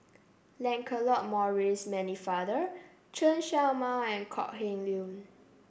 Lancelot Maurice Pennefather Chen Show Mao and Kok Heng Leun